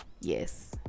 yes